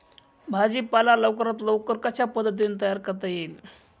भाजी पाला लवकरात लवकर कशा पद्धतीने तयार करता येईल?